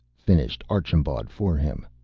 finished archambaud for him.